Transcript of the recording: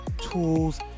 tools